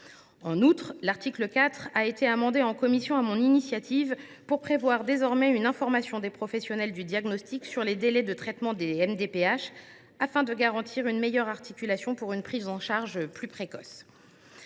En outre, l’article 4 a été amendé en commission, sur mon initiative, pour prévoir désormais une information des professionnels du diagnostic sur les délais de traitement des MDPH, afin de garantir une meilleure articulation pour une prise en charge plus précoce.